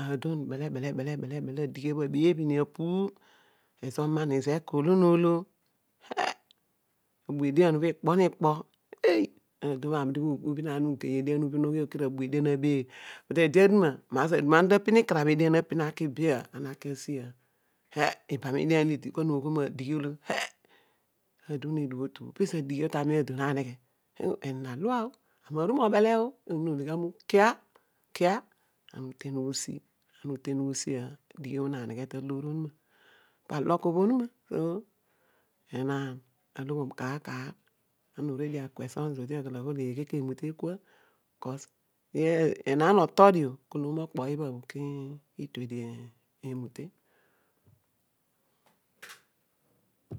a don bele bele bele, adighi obho a beebh omanage akona olo lo lo en, abua adian obho ikponiapo aely, adon ani ubhin ana ma agei adon ani uruani obho keto abra edian aru abeebh, but ode aduma, maar sno adama ana ta pin ikarabe edian atu, pimalge be aki asi be he, ibam edian olo id, kwa he, adon edighatu on pezo emaaroo y odi pizo adighi obho tami adon aneghe, on enaan alun oh, ami are mobele oh, pooyin ologhi aghol kia, ana uten ughi usi anc uten nghi usi ra onuraa a dighi obho onüna neghe to a loor pa luk obbo onuma po enaan alogho kaar kaer ang orne dio adqueston zodi molo oghol eghe ke emute kua beos enaan oto dio omo okpo ibha bho, ki tuedio emute nuise